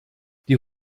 die